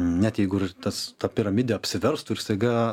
net jeigu ir tas ta piramidė apsiverstų ir staiga